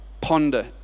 ponder